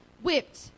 whipped